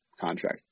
contract